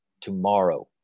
tomorrow –